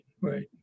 right